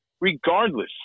regardless